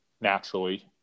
Naturally